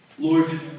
Lord